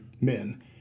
men